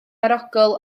arogl